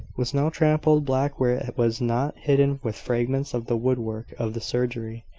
was now trampled black where it was not hidden with fragments of the wood-work of the surgery,